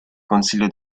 consiglio